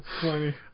funny